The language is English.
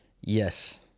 yes